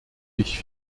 ich